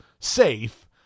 safe